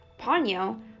Ponyo